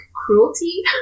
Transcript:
cruelty